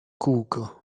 kółko